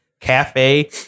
cafe